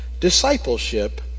discipleship